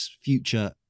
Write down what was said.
future